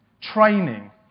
Training